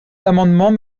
l’amendement